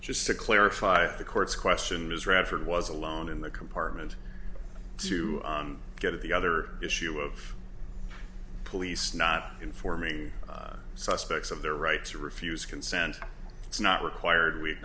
just to clarify the court's question ms radford was alone in the compartment to get at the other issue of police not informing suspects of their right to refuse consent it's not required we